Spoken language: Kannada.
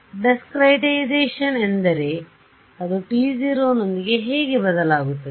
Discretization ಎಂದರೆ ಅದು t0 ನೊಂದಿಗೆ ಹೇಗೆ ಬದಲಾಗುತ್ತದೆ